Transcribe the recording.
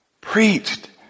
Preached